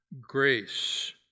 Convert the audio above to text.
Grace